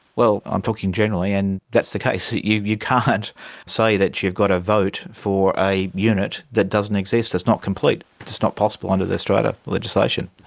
well, i'm talking generally and that's the case. you you can't say that you've got a vote for a unit that doesn't exist, that's not complete. it's it's not possible under the strata legislation.